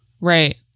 Right